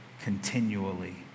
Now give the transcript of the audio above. continually